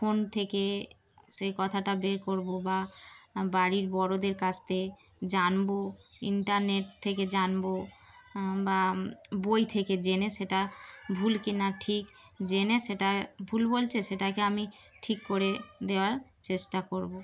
phone থেকে সে কথাটা বের করবো বা বাড়ির বড়োদের কাছ থেকে জানব ইন্টারনেট থেকে জানবো বা বই থেকে জেনে সেটা ভুল কি না ঠিক জেনে সেটা ভুল বলছে সেটাকে আমি ঠিক করে দেওয়ার চেষ্টা করবো